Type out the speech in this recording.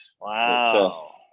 Wow